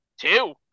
Two